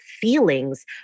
feelings